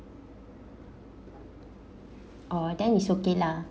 oh then is okay lah